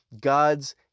God's